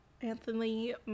Anthony